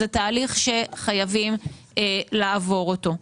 זה תהליך שחייבים לעבור אותו.